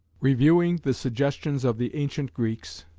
reviewing the suggestions of the ancient greeks,